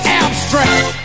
abstract